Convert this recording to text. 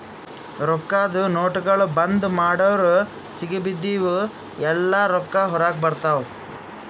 ರೊಕ್ಕಾದು ನೋಟ್ಗೊಳ್ ಬಂದ್ ಮಾಡುರ್ ಸಿಗಿಬಿದ್ದಿವ್ ಎಲ್ಲಾ ರೊಕ್ಕಾ ಹೊರಗ ಬರ್ತಾವ್